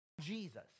Jesus